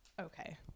okay